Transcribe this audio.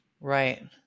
Right